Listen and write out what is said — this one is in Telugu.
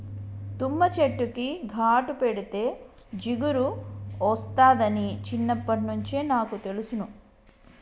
తుమ్మ చెట్టుకు ఘాటు పెడితే జిగురు ఒస్తాదని చిన్నప్పట్నుంచే నాకు తెలుసును